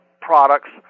products